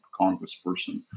congressperson